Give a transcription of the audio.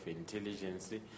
intelligence